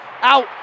Out